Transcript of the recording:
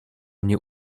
mnie